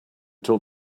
told